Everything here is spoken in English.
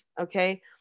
okay